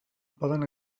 poden